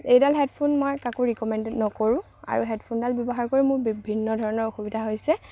এইডাল হেডফোন মই কাকো ৰিক'মেণ্ড নকৰো আৰু হেডফোনডাল ব্যৱহাৰ কৰি মোৰ বিভিন্ন ধৰণৰ অসুবিধা হৈছে